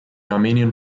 armenian